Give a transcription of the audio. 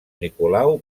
nicolau